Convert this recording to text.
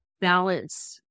balance